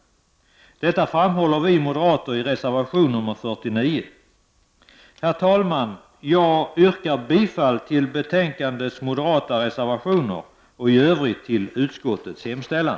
Detta framhåller vi moderater i reservation 49. Herr talman! Jag yrkar bifall till de moderata reservationerna i betänkandet och i övrigt till utskottets hemställan.